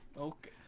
Okay